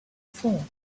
phone